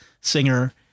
singer